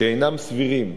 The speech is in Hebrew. "שאינם סבירים".